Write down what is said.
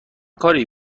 کاری